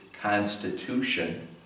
constitution